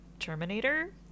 Terminator